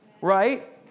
Right